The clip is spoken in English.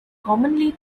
commonly